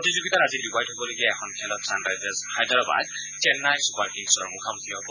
প্ৰতিযোগিতাৰ আজি ডুবাইত হ'ব লগীয়া এখন খেলত ছানৰাইজাৰ্ছ হায়দৰাবাদ চেন্নাই ছুপাৰ কিংছৰ মুখামুখি হব